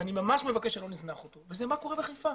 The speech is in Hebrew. ואני ממש מבקש שלא נזנח אותו, וזה מה קורה בחיפה.